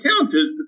counters